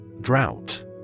Drought